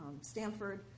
Stanford